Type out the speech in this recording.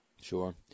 Sure